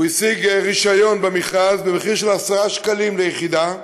והוא השיג רישיון במכרז במחיר של עשרה שקלים ליחידה,